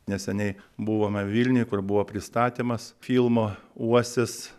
neseniai buvome vilniuj kur buvo pristatymas filmo uosis